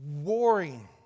Warring